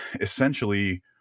essentially